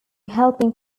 helping